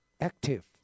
Active